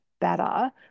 better